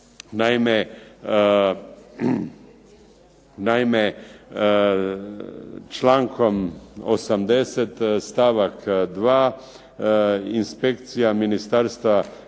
Naime člankom 80. stavak 2. inspekcija Ministarstva